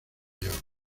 york